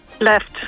Left